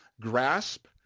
grasp